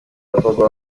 abakobwa